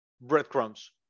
breadcrumbs